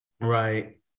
Right